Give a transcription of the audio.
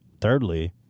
thirdly